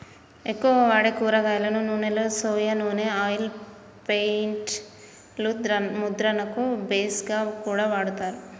ఎక్కువగా వాడే కూరగాయల నూనెలో సొయా నూనె ఆయిల్ పెయింట్ లు ముద్రణకు బేస్ గా కూడా వాడతారు